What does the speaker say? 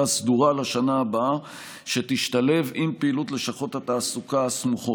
סדורה לשנת הבאה שתשתלב עם פעילות לשכות התעסוקה הסמוכות.